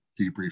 debrief